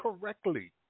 correctly